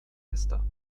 fester